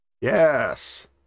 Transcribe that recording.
Yes